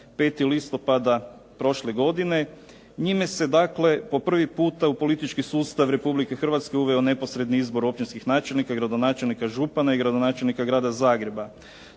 5. listopada prošle godine. Njime se dakle po prvi puta u politički sustav Republike Hrvatske uveo neposredni izbor općinskih načelnika, gradonačelnika, župana i gradonačelnika Grada Zagreba.